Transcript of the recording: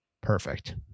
Perfect